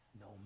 no